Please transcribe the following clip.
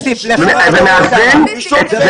חבר הכנסת כסיף, לך תראה מה קורה שם.